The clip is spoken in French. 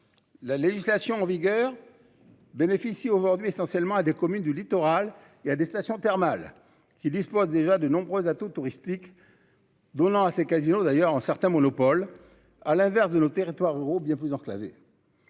La législation en vigueur. Bénéficie aujourd'hui essentiellement à des communes du littoral, il y a des stations thermales qui dispose déjà de nombreux atouts touristiques. Donnant à ses casinos d'ailleurs un certain monopole. À l'inverse de nos territoires ruraux bien plus enclavés.